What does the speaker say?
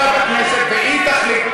נעביר לוועדת הכנסת והיא תחליט.